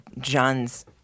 John's